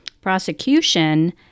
prosecution